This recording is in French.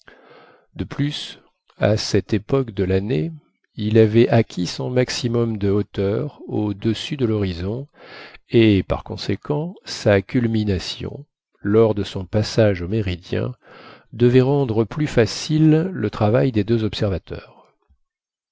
de plus à cette époque de l'année il avait acquis son maximum de hauteur au-dessus de l'horizon et par conséquent sa culmination lors de son passage au méridien devait rendre plus facile le travail des deux observateurs